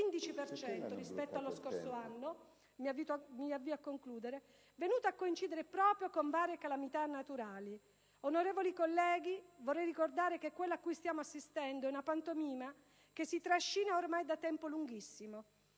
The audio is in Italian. rispetto allo scorso anno, venuta a coincidere proprio con varie calamità naturali. Onorevoli colleghi, vorrei ricordare che ciò a cui stiamo assistendo è una pantomima che si trascina ormai da tempo lunghissimo.